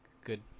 good